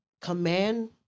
command